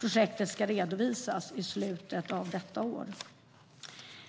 Projektet ska redovisas i slutet av detta år.